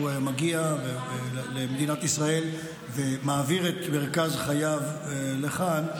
מגיע למדינת ישראל ומעביר את מרכז חייו לכאן,